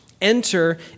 Enter